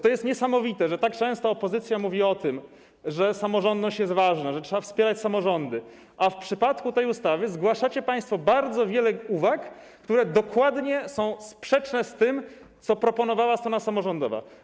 To niesamowite, że tak często opozycja mówi o tym, że samorządność jest ważna, że trzeba wspierać samorządy, a w przypadku tej ustawy zgłasza bardzo wiele uwag, które są sprzeczne z tym, co proponowała strona samorządowa.